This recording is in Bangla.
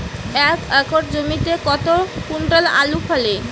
এক একর জমিতে কত কুইন্টাল আলু ফলে?